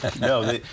No